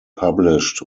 published